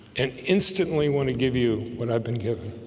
and instantly want to give you what i've been given